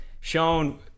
shown